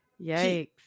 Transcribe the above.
Yikes